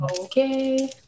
Okay